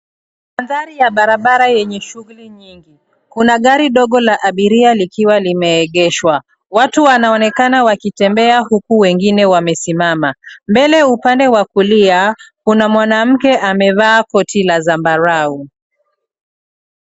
Mandhari ya barabara yenye shughuli nyingi. Kuna gari ndogo la abiria likiwa limeegeshwa. Watu wanaonekana kutembea huku wengine wamesimama. Mbele upande wa kulia, kuna mwanamke amevaa koti la zambarau.